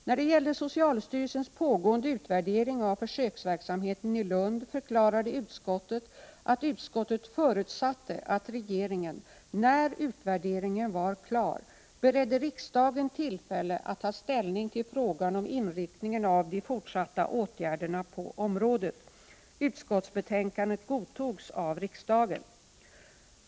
När det gällde socialstyrelsens pågående utvärdering av försöksverksamheten i Lund förklarade utskottet, att utskottet förutsatte att 65 regeringen — när utvärderingen var klar — beredde riksdagen tillfälle att ta ställning till frågan om inriktningen av de fortsatta åtgärderna på området. Utskottsbetänkandet godtogs av riksdagen.